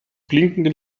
blinkende